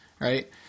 right